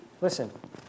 Listen